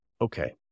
okay